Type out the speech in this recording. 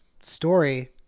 story